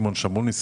שמעון שמוניס,